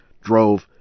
drove